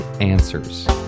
answers